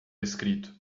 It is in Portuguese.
escrito